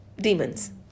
demons